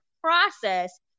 process